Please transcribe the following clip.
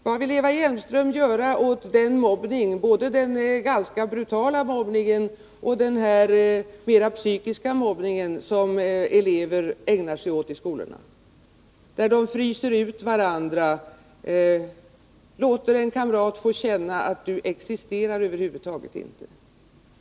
Vad vill Eva Hjelmström göra åt den ganska brutala fysiska mobbning och åt den mera psykiska mobbning som elever ägnar sig åt i skolorna — en mobbning som innebär att eleverna fryser ut varandra och låter en kamrat få känna att ”du existerar över huvud taget inte”.